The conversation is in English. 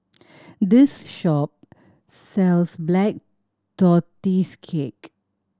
this shop sells Black Tortoise Cake